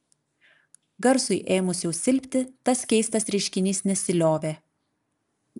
garsui ėmus jau silpti tas keistas reiškinys nesiliovė